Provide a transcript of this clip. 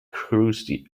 cruised